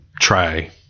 try